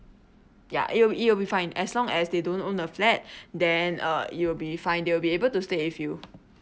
ya it will it will be fine as long as they don't own a flat then uh it will be fine they will be able to stay with you